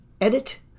edit